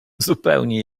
zupełnie